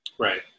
Right